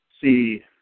see